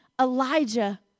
Elijah